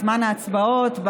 בזמן ההצבעות,